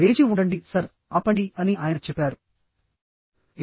వేచి ఉండండి సర్ ఆపండి అని ఆయన చెప్పారు